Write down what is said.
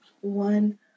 One